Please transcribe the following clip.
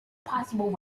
possible